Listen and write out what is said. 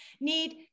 need